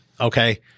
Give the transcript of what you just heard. okay